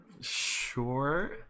sure